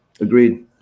Agreed